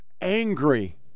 angry